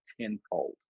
tenfold